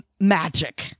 magic